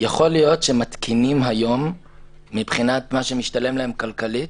יכול להיות שמתקינים היום מבחינת מה שמשתלם להם כלכלית,